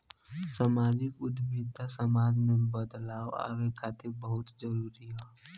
सामाजिक उद्यमिता समाज में बदलाव लावे खातिर बहुते जरूरी ह